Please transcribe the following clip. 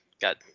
got